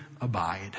abide